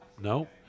No